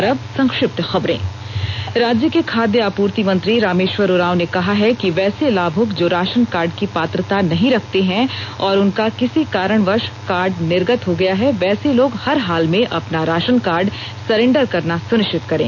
और अब संक्षिप्त खबरें राज्य के खाद्य आपूर्ति मंत्री रामेश्वर उरांव ने कहा है कि वैसे लाभूक जो राशन कार्ड की पात्रता नहीं रखते हैं और उनका किसी कारणवश कार्ड निर्गत हो गया है वैसे लोग हर हाल में अपना राशन कार्ड सरेंडर करना सुनिश्चित करें